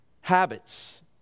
Habits